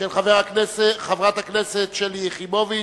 של חברי הכנסת שלי יחימוביץ,